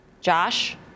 Josh